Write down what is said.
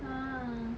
!huh!